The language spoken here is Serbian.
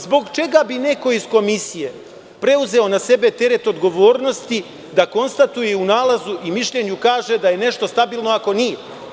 Zbog čega bi neko iz komisije preuzeo na sebe teret odgovornosti da konstatuje i u nalazu i mišljenju kaže da je nešto stabilno ako nije?